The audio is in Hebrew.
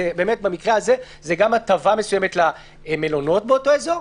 זה גם הטבה למלונות באותו אזור.